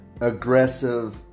aggressive